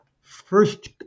first